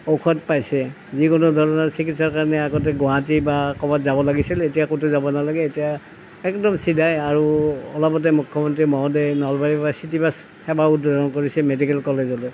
ঔষধ পাইছে যিকোনো ধৰণৰ চিকিৎসাৰ কাৰণে আগতে গুৱাহাটী বা কৰবাত যাব লাগিছিল এতিয়া ক'তো যাব নালাগে এতিয়া একদম চিধাই আৰু অলপতে মুখ্যমন্ত্ৰী মহোদয়ে নলবাৰীৰ পৰা চিটি বাছ সেৱাও উদ্বোধন কৰিছে মেডিকেল কলেজলৈ